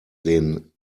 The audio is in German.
den